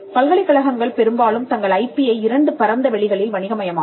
பல்கலைக்கழகங்கள் பெரும்பாலும் தங்கள் ஐ பி யை இரண்டு பரந்த வெளிகளில் வணிக மயமாக்கும்